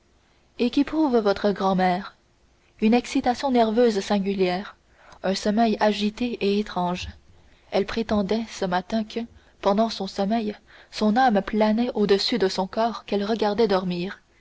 et qu'éprouve votre grand-mère une excitation nerveuse singulière un sommeil agité et étrange elle prétendait ce matin que pendant son sommeil son âme planait au-dessus de son corps qu'elle regardait dormir